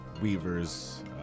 weavers